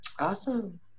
Awesome